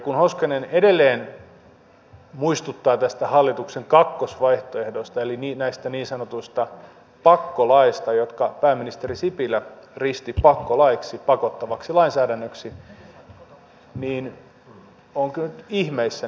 kun hoskonen edelleen muistuttaa tästä hallituksen kakkosvaihtoehdosta eli näistä niin sanotuista pakkolaeista jotka pääministeri sipilä risti pakkolaeiksi pakottavaksi lainsäädännöksi niin olen kyllä ihmeissäni